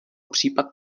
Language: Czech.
případ